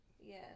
Yes